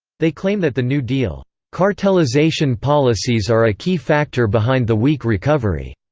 they claim that the new deal cartelization policies are a key factor behind the weak recovery.